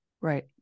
Right